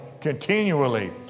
continually